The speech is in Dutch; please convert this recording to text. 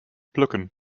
plukken